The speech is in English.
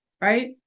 right